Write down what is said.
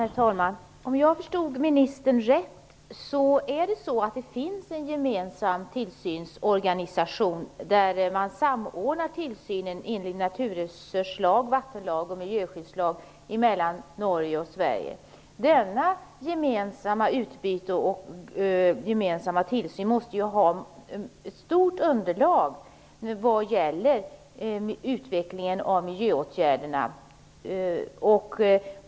Herr talman! Om jag förstod ministern rätt finns det en gemensam tillsynsorganisation där man mellan Danmark och Sverige samordnar tillsynen enligt naturresurslag, vattenlag och miljöskyddslag. Detta gemensamma utbyte och denna gemensamma tillsyn måste ju innebära ett stort underlag vad gäller utvecklingen av miljöåtgärderna.